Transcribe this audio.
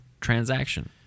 transaction